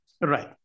Right